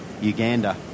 Uganda